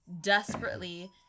desperately